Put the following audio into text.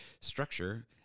structure